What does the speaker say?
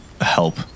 help